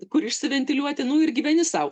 kur išsiventiliuoti nu ir gyveni sau